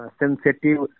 sensitive